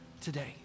today